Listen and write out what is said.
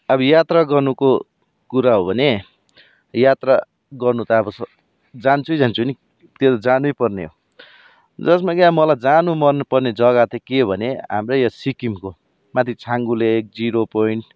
अब यात्रा गर्नुको कुरा हो भने यात्रा गर्नु त अब जान्छु नै जान्छु नि त्यो जानै पर्ने हो जसमा कि अब मलाई जानु मन पर्ने जग्गा चाहिँ के भने हाम्रै यो सिक्किमको माथि छाङ्गु लेक जिरो पोइन्ट